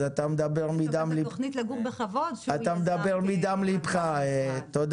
אז אתה מדבר מדם ליבך, תודה.